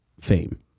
fame